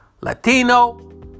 Latino